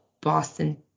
Boston